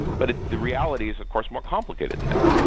but ah the reality is of course more complicated than that.